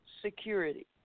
security